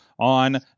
On